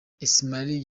ismail